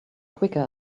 quicker